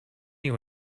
you